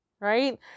right